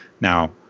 Now